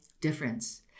difference